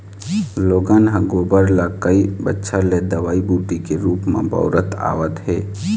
लोगन ह गोबर ल कई बच्छर ले दवई बूटी के रुप म बउरत आवत हे